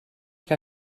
que